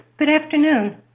but afternoon.